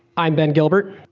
i'm ben gilbert.